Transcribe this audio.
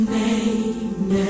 name